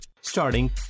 Starting